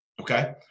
Okay